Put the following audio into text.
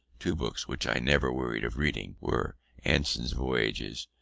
two books which i never wearied of reading were anson's voyages,